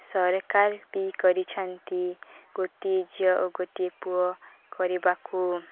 ସରକାର ବି କରିଛନ୍ତି ଗୋଟିଏ ଝିଅ ଓ ଗୋଟିଏ ପୁଅ କରିବାକୁ